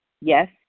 Yes